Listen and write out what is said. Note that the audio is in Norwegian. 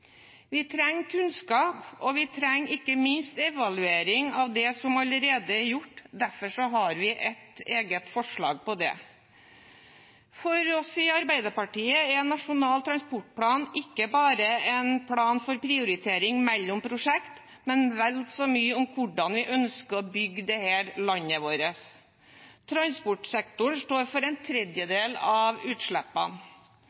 Vi trenger kunnskap, og vi trenger ikke minst evaluering av det som allerede er gjort. Derfor har vi et eget forslag om det. For oss i Arbeiderpartiet er Nasjonal transportplan ikke bare en plan for prioritering mellom prosjekter, men vel så mye for hvordan vi ønsker å bygge dette landet vårt. Transportsektoren står for en